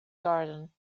garden